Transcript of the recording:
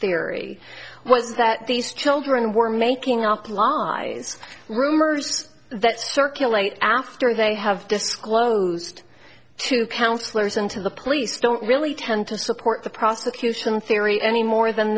theory was that these children were making up lies rumors that circulate after they have disclosed to counsellors and to the police don't really tend to support the prosecution theory any more than